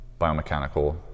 biomechanical